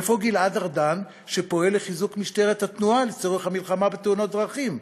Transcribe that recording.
איפה גלעד ארדן שפועל לחיזוק משטרת התנועה לצורך המלחמה בתאונות דרכים?